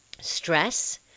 Stress